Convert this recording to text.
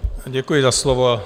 Děkuji za slovo.